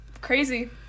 Crazy